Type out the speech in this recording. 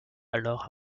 alors